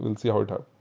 and see how it turns.